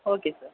okay sir